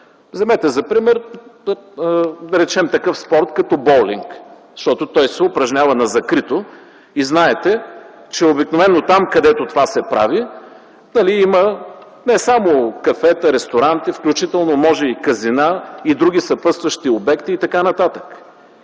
Вземете за пример такъв спорт като боулинг, защото той се упражнява на закрито и знаете, че обикновено там, където това се прави, има не само кафета, ресторанти, включително може и казина, и други съпътстващи обекти, и т.н. Как